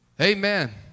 Amen